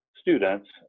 students